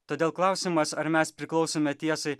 todėl klausimas ar mes priklausome tiesai